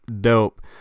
dope